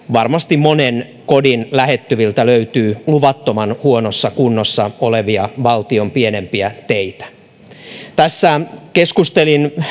varmasti monen kodin lähettyviltä löytyy luvattoman huonossa kunnossa olevia valtion pienempiä teitä tässä keskustelin